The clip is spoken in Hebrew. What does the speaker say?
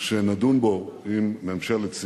שנדון בו עם ממשלת סין.